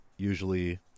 usually